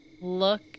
look